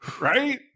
Right